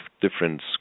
different